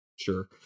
Sure